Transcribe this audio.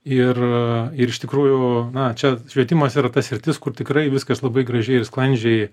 ir a ir iš tikrųjų na čia švietimas yra ta sritis kur tikrai viskas labai gražiai ir sklandžiai